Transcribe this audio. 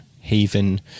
haven